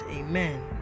Amen